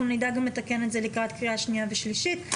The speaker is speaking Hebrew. אנחנו נדאג גם לתקן את זה לקראת קריאה שנייה ושלישית.